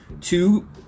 two